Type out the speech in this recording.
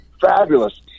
fabulous